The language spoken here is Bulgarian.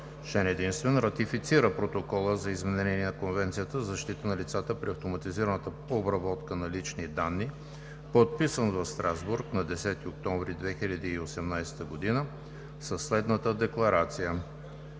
Член единствен. Ратифицира Протокола за изменение на Конвенцията за защита на лицата при автоматизираната обработка на лични данни, подписан в Страсбург на 10 октомври 2018 г., със следната декларация: